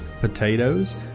potatoes